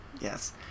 yes